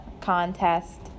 contest